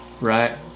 right